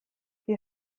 wir